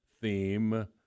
theme